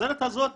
העוזרת הזאת